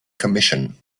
commission